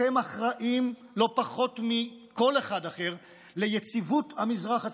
אתם אחראים לא פחות מכל אחד אחר ליציבות המזרח התיכון,